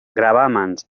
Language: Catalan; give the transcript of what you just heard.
gravàmens